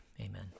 amen